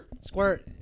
Squirt